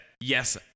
Yes